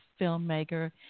filmmaker